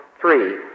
three